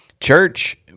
church